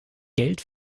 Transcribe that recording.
geld